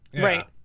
Right